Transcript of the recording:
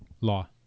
law